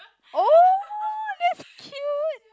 oh that's cute